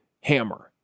hammer